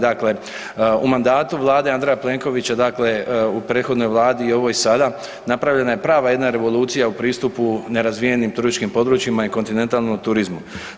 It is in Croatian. Dakle, u mandatu Vlade Andreja Plenkovića, dakle u prethodnoj vladi i ovoj sada napravljena je prava jedna revolucija u pristupu nerazvijenim turističkim područjima i kontinentalnom turizmu.